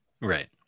right